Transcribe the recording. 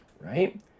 right